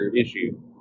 issue